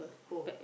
who